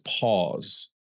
pause